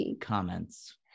comments